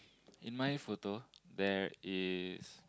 in my photo there is